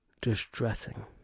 distressing